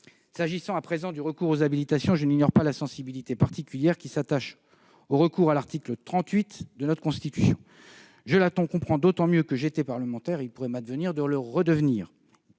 S'agissant du recours aux habilitations, je n'ignore pas la sensibilité particulière qui s'attache au recours à l'article 38 de la Constitution. Je la comprends d'autant mieux que j'étais parlementaire- il pourrait m'advenir de le redevenir